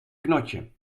knotje